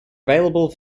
available